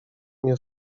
nie